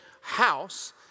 house